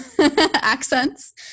accents